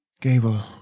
Gable